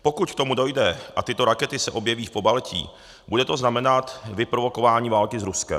Pokud k tomu dojde a tyto rakety se objeví v Pobaltí, bude to znamenat vyprovokování války s Ruskem.